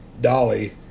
Dolly